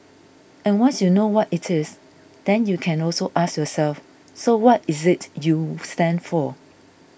and once you know what it is then you can also ask yourself so what is it you stand for